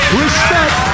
Respect